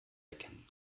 erkennen